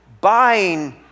buying